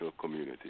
community